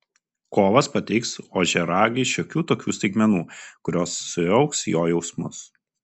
kovas pateiks ožiaragiui šiokių tokių staigmenų kurios sujauks jo jausmus